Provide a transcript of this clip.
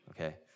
Okay